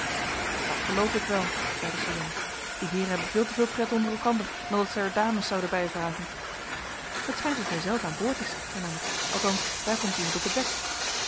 dat geloof ik wel zeide suzanna die heeren hebben veel te veel pret onder elkander dan dat zij er dames zouden bij vragen het schijnt dat hijzelf aanboord is hernam ik althans daar komt iemand op het dek